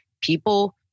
People